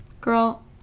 girl